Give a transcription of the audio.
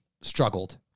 struggled